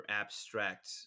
abstract